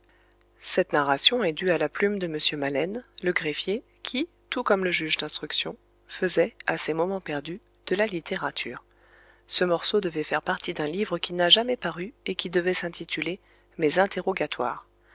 cette narration est due à la plume de m maleine le greffier qui tout comme le juge d'instruction faisait à ses moments perdus de la littérature ce morceau devait faire partie d'un livre qui n'a jamais paru et qui devait s'intituler mes interrogatoires